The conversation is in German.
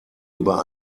über